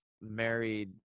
married